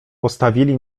postawili